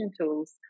tools